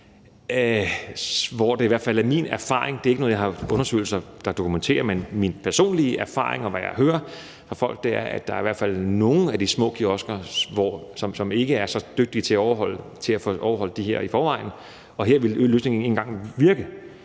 virke. Det er i min erfaring, det er ikke noget, jeg har undersøgelser der dokumenterer, men min personlig erfaring og ud fra, hvad jeg hører fra folk, er, at der i hvert fald er nogle af de små kiosker, som ikke er så dygtige til at overholde det her i forvejen, og her ville løsningen ikke engang virke